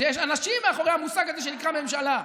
יש אנשים מאחורי המושג הזה שנקרא ממשלה.